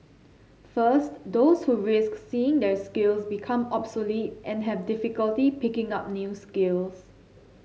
first those who risk seeing their skills become obsolete and have difficulty picking up new skills